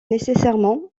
nécessairement